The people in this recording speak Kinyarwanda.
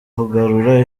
kugarura